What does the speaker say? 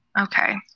okay